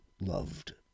Loved